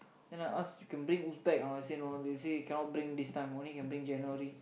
then I ask you can bring wolf tag they said no they said cannot bring this time only can bring January